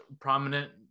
prominent